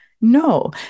No